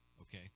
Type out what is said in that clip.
Okay